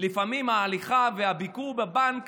לפעמים ההליכה, הביקור בבנק